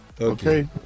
Okay